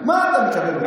מה אתה מקבל אותי?